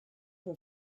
for